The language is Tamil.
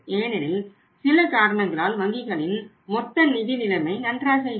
ஏனெனில் சில காரணங்களால் வங்கிகளின் மொத்த நிதி நிலைமை நன்றாக இல்லை